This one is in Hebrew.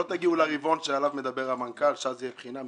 לא תגיעו לרבעון שעליו מדבר המנכ"ל שאז תהיה בחינה מחודשת.